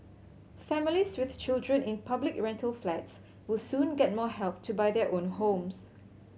families with children in public rental flats will soon get more help to buy their own homes